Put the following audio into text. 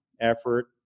effort